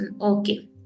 Okay